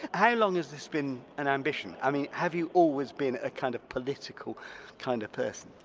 how long has this been an ambition? i mean have you always been a kind of political kind of person?